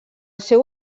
seu